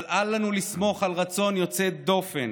אבל אל לנו לסמוך על רצון יוצא דופן